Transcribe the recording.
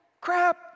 crap